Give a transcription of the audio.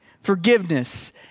forgiveness